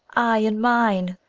ay, and mine,